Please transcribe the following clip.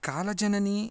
कालजननी